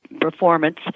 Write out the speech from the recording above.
performance